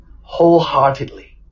wholeheartedly